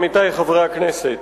עמיתי חברי הכנסת,